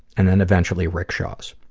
and then eventually rickshaws.